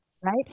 right